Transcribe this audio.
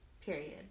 Period